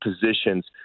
positions